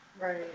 Right